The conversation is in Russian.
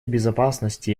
безопасности